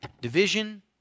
Division